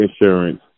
insurance